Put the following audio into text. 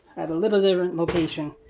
a little different location